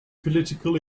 political